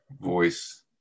voice